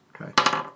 Okay